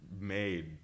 made